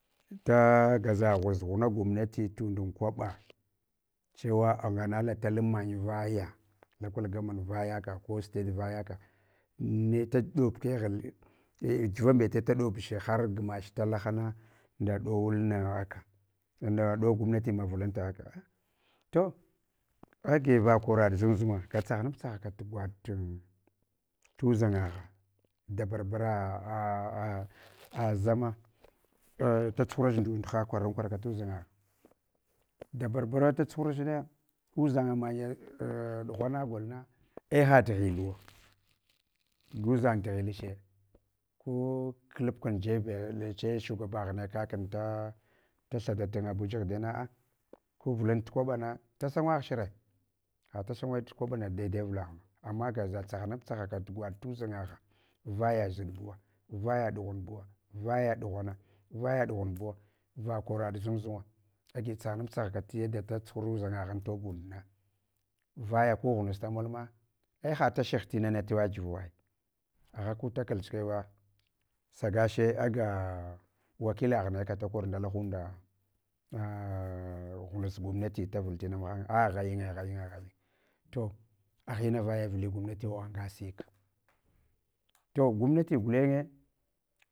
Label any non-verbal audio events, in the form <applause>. Da gaʒa ghusghuna gwamnati tundun kwaɓa, chewa anganala talan manyi vaya local government vaya ka ko state vaya ka ne daɗab keghul, giva mbete da ɗabche har gmach telahana ɗowulna akara taɗo kph gwamnati ʒama toh agi vakoraɗ. Zunzunga gwu tsaghanab tsaghaka graɗ tudʒangagha dabarbera <hesitation> a ꞌa’ aʒena atsatsuhurach ndundha kwaran kweraka tuʒan’ngagha, dabar bera tsatshurach na udʒenga manye ɗughana golna ei ha tigh uwo, gu dʒang tughilche ko klab kun jeb neche shugabaghun ne kakun dathada n abuya aghdiyana, a ku vulun tu kuraɓena da sangaghchre, hatasagweɗ kwaɓana daidai avulaghunu ama gaʒa tsaghanab tsaghaka vaya zuɗ bwa vaya ɗughanbuwa, vaya ɗughana, vaya ɗughan buwa, va koraɗ zunzunga, agi tsaghanab tsagaka yada da tsohun udʒanga antobundana, vaya ku ghumaras tamolne, ai hatashih linna tewagivu al. Agha ku taked sukwagha, shagasheyau aga <unintelligible> nakaghne aka da kor nda lalunda, na ghumus gwamnati davul tina mahanye, a aghayinye, aghayinye, aghayinye. To aghayinye vaya vuli ghwamnati angasika. To gwamnati gulenye.